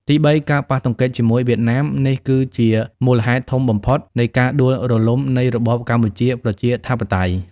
ទីបី ការប៉ះទង្គិចជាមួយវៀតណាម នេះគឺជាមូលហេតុធំបំផុតនៃការដួលរលំនៃរបបកម្ពុជាប្រជាធិបតេយ្យ។